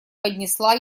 поднесла